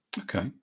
Okay